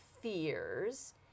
fears